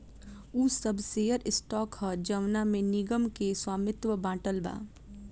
उ सब share stock ह जवना में निगम के स्वामित्व बाटल बा